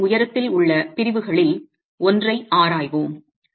எனவே சுவரின் உயரத்தில் உள்ள பிரிவுகளில் ஒன்றை ஆராய்வோம்